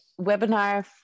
webinar